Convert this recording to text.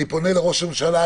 אני פונה לראש הממשלה.